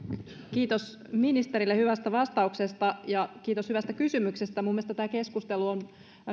kiitos ministerille hyvästä vastauksesta ja kiitos hyvästä kysymyksestä mielestäni tämä keskustelu on